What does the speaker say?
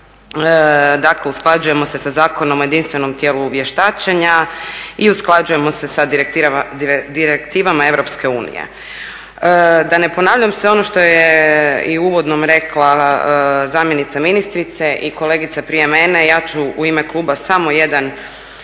Dakle, usklađujemo se sa Zakonom o jedinstvenom tijelu vještačenja i usklađujemo se sa direktivama EU. Da ne ponavljam se, ono što je i u uvodnom rekla zamjenica ministrice i kolegica prije mene ja ću u ime kluba samo jedan